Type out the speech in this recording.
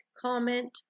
comment